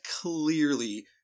clearly